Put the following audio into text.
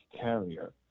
carrier